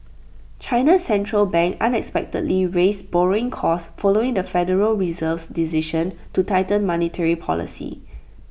China's Central Bank unexpectedly raised borrowing costs following the federal Reserve's decision to tighten monetary policy